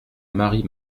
marie